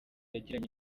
yagiranye